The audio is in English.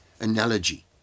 analogy